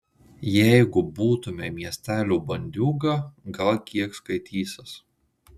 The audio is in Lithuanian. jeigu būtumei miestelio bandiūga gal kiek skaitysis